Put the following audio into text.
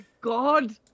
god